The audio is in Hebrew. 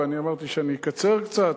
ואני אמרתי שאני אקצר קצת,